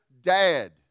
dad